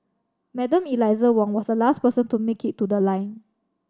Madam Eliza Wong was the last person to make it to the line